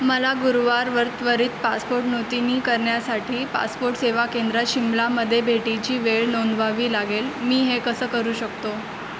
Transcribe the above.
मला गुरुवार वर्तवरित पासपोर्ट नूतनीकरणासाठी पासपोर्ट सेवा केंद्रात शिमलामध्ये भेटीची वेळ नोंदवावी लागेल मी हे कसं करू शकतो